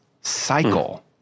cycle